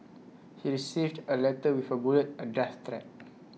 he received A letter with A bullet A death threat